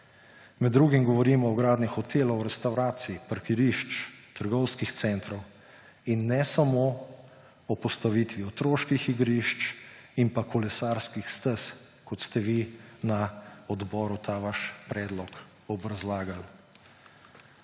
Med drugim govorimo o gradnji hotelov, restavracij, parkirišč, trgovskih centrov in ne samo o postavitvi otroških igrišč in pa kolesarskih stez, kot ste vi na odboru ta vaš predlog obrazlagali.